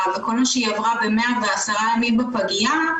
וכל מה שהיא עברה ב-110 הימים שלה בפגיה,